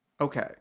Okay